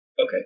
okay